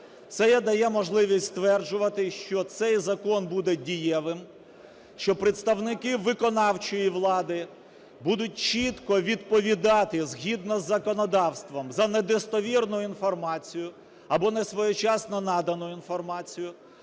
Це дає можливість стверджувати, що цей закон буде дієвим, що представники виконавчої влади будуть чітко відповідати згідно з законодавством за недостовірну інформацію або несвоєчасно надану інформацію.